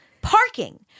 parking